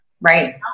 Right